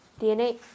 DNA